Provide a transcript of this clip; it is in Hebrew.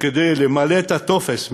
שכדי למלא את הטופס,